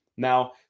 Now